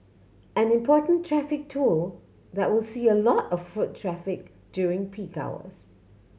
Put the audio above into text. an important traffic tool that will see a lot of foot traffic during peak hours